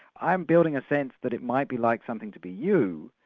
i'm building a sense that it might be like something to be you,